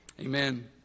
Amen